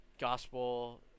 Gospel